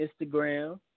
Instagram